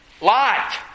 Light